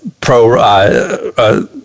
pro